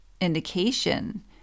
indication